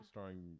Starring